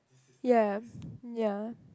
ya ya